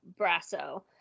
Brasso